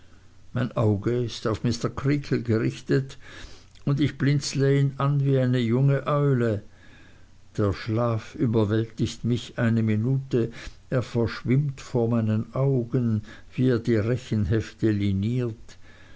mein auge ist auf mr creakle gerichtet und ich blinzle ihn an wie eine junge eule der schlaf überwältigt mich eine minute er verschwimmt vor meinen augen wie er die rechenhefte liniert